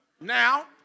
Now